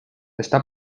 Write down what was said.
está